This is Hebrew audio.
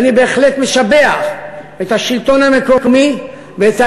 ואני בהחלט משבח את השלטון המקומי ואת